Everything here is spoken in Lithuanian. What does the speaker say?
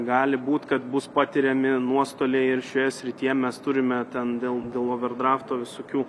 gali būt kad bus patiriami nuostoliai ir šioje srityje mes turime ten dėl dėl overdrafto visokių